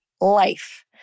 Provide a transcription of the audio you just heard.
life